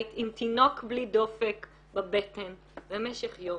עם תינוק בלי דופק בבטן במשך יום, יומיים,